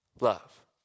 love